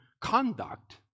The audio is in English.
conduct